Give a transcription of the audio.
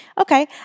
Okay